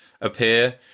appear